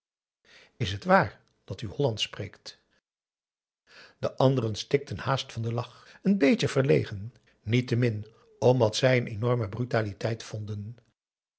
is het waar dat u hollandsch spreekt e anderen stikten haast van den lach een beetje verlegen niettemin om wat zij een enorme brutaliteit vonden